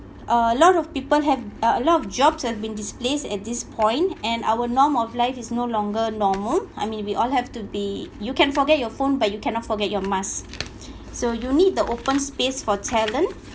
uh a lot of people have uh a lot of jobs have been displaced at this point and our norm of life is no longer normal I mean we all have to be you can forget your phone but you cannot forget your mask so you need the open space for talent